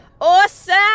Awesome